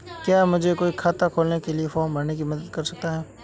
क्या कोई मुझे खाता खोलने के लिए फॉर्म भरने में मदद कर सकता है?